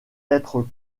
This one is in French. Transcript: être